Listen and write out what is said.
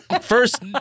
first